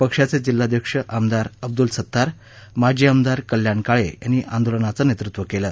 पक्षाचे जिल्हाध्यक्ष आमदार अब्दुल सत्तार माजी आमदार कल्याण काळे यांनी आंदोलनाचं नेतृत्व केलं